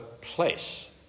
place